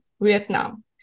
Vietnam